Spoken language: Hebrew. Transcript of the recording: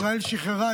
ישראל שחררה,